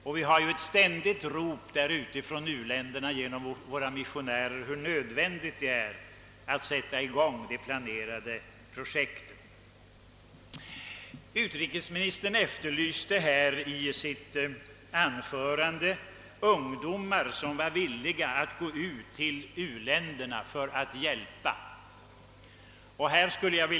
Det kommer ett ständigt rop från u-länderna genom våra missionärer om hur nödvändigt det är att påbörja de planerade projekten. Utrikesministern efterlyste i sitt anförande ungdomar som var villiga att gå ut till u-länderna för att hjälpa.